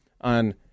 on